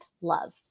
love